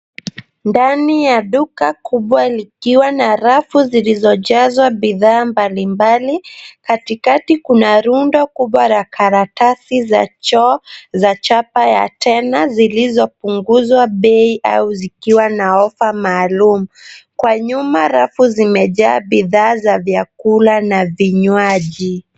Ndani ya duka kubwa likiwa na rafu zilizojazwa bidhaa mbalimbali, katikati kuna rundo kubwa la karatasi za choo, za chapa ya Tena zilizopunguzwa bei au zikiwa na offer maalum. Kwa nyuma rafu zimejaa bidhaa za vyakula na vinywaji.